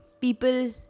people